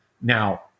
now